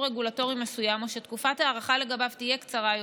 רגולטורי מסוים או שתקופת ההארכה לגביו תהיה קצרה יותר,